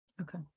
okay